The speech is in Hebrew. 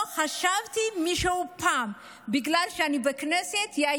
לא חשבתי שמישהו פעם יאיים עליי בגלל שאני בכנסת.